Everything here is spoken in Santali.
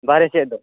ᱵᱟᱨᱮ ᱥᱮᱫ ᱫᱚ